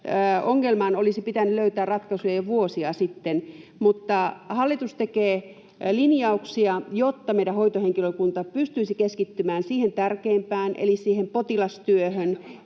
ongelmaan olisi pitänyt löytää ratkaisuja jo vuosia sitten. Mutta hallitus tekee linjauksia, jotta meidän hoitohenkilökuntamme pystyisi keskittymään siihen tärkeimpään eli siihen potilastyöhön